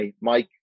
Mike